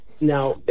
Now